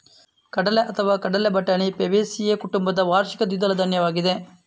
ಕಡಲೆಅಥವಾ ಕಡಲೆ ಬಟಾಣಿ ಫ್ಯಾಬೇಸಿಯೇ ಕುಟುಂಬದ ವಾರ್ಷಿಕ ದ್ವಿದಳ ಧಾನ್ಯವಾಗಿದೆ